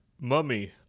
Mummy